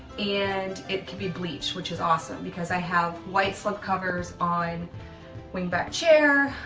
and it can be bleached which is awesome because i have white slip covers on wing-back chair,